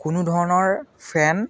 কোনো ধৰণৰ ফেন